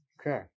Okay